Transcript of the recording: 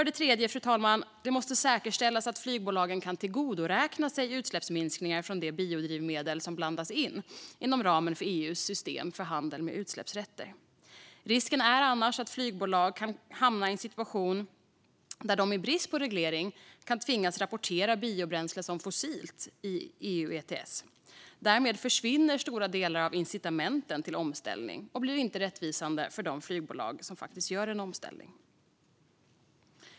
Den tredje reservationen gäller att det måste säkerställas att flygbolagen kan tillgodoräkna sig utsläppsminskningar från de biodrivmedel som blandas in inom ramen för EU:s system för handel med utsläppsrätter. Risken är annars att flygbolag kan hamna i en situation där de i brist på reglering kan tvingas rapportera biobränsle som fossilt i EU ETS. Därmed försvinner stora delar av incitamenten till omställning och blir inte rättvisande för de flygbolag som faktiskt gör en omställning.